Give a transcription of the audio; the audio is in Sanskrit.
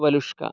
वलुश्कः